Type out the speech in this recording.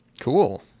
Cool